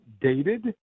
dated